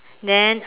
then